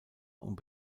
und